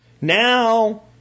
Now